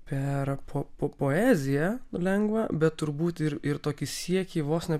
per po poeziją lengvą bet turbūt ir ir tokį siekį vos ne